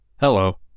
Hello